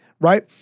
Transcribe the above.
right